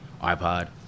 iPod